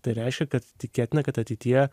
tai reiškia kad tikėtina kad ateityje